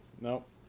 Nope